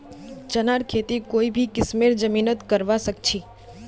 चनार खेती कोई भी किस्मेर जमीनत करवा सखछी